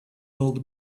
old